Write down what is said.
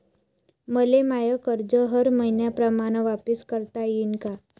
मले माय कर्ज हर मईन्याप्रमाणं वापिस करता येईन का?